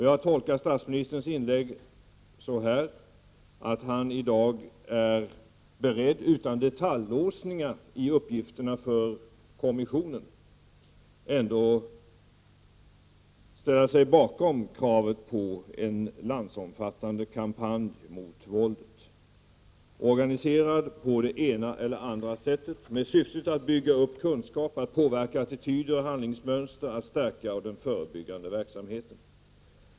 Jag tolkar statsministerns inlägg så, att han i dag är beredd att utan detaljlåsningar i fråga om kommissionens uppgifter ansluta sig till kravet på en landsomfattande kampanj mot våldet — organiserad på det ena eller det andra sättet och med syftet att bygga upp kunskaper, att påverka attityder och handlingsmönster och att stärka den förebyggande verksamheten.